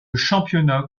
championnat